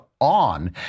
On